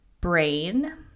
brain